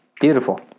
Beautiful